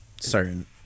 Certain